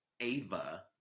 ava